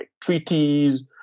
treaties